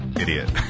idiot